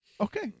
okay